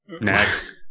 Next